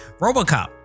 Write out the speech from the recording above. robocop